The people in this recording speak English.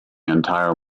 entire